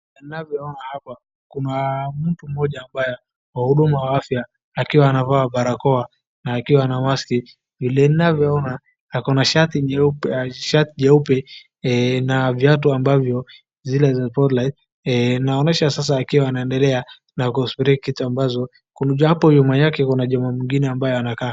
Tunavyoona hapa kuna mtu mmoja ambaye wa hudumu ya afya akiwa amevaa barakoa na akiwa na maski, vile tunavyoona ako na shati jeupe na viatu ambavyo zile za sportlight inaonyesha sasa akiwa anaendelea na ku spray kitu ambazo hapo nyuma yake kuna jamaa mwingine ambaye anakaa.